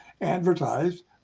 advertised